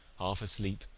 half asleep,